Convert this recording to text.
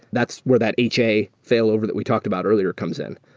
that's where that ha failover that we talked about earlier comes in.